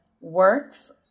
works